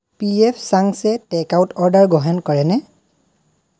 PF চাংছে takeout order গ্ৰহণ কৰেনে